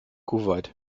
kuwait